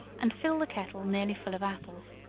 and fill the kettle nearly full of apples,